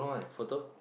photo